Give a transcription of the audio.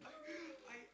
I